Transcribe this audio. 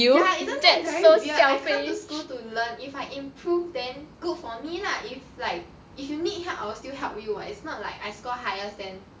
ya isn't that very weird I come to school to learn if I improve then good for me lah if like if you need help I will still help you [what] it's not like I score highest then